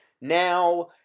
Now